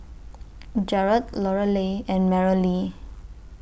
Jarod Lorelei and Merrilee